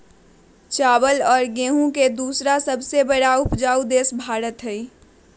चावल और गेहूं के दूसरा सबसे बड़ा उपजाऊ देश भारत हई